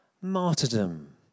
martyrdom